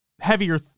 heavier